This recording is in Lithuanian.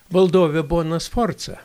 valdovė bona sforca